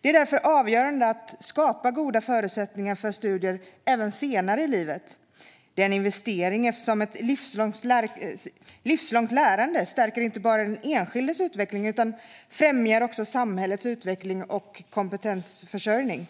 Det är därför avgörande att skapa goda förutsättningar för studier även senare i livet. Det är en investering eftersom ett livslångt lärande inte bara stärker den enskildes utveckling utan också främjar samhällets utveckling och kompetensförsörjning.